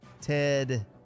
Ted